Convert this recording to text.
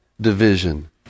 division